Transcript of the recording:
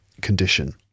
condition